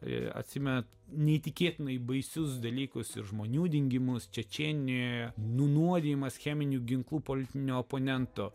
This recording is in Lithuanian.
ir atsimena neįtikėtinai baisius dalykus ir žmonių dingimus čečėnijoje nunuodijimas cheminių ginklų politinio oponento